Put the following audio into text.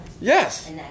Yes